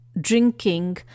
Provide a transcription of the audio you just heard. drinking